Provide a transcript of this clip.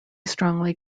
strongly